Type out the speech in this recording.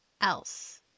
else